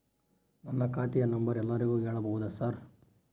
ನನ್ನ ಖಾತೆಯ ನಂಬರ್ ಎಲ್ಲರಿಗೂ ಹೇಳಬಹುದಾ ಸರ್?